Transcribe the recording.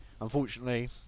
Unfortunately